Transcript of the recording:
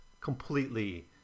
completely